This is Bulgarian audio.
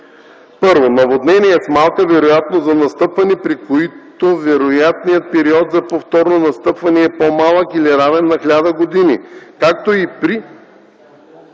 1. наводнения с малка вероятност за настъпване, при които вероятният период за повторно настъпване е по-голям или равен на 1000 години, както и при